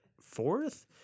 fourth